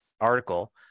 article